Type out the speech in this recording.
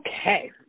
Okay